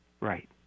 Right